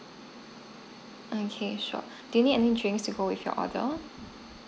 okay sure do you need any drinks to go with your order